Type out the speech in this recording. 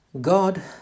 God